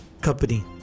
company